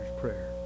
prayer